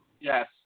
Yes